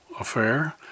affair